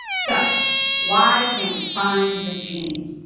so why can't we find the genes?